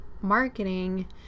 marketing